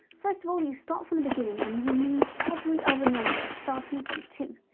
first of all, you start from the beginning and you remove every other number starting from two,